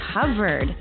covered